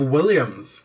Williams